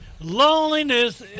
loneliness